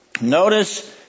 Notice